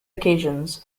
occasions